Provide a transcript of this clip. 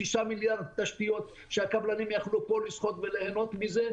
6 מיליארד תשתיות שהקבלנים יכלו פה לזכות וליהנות מזה,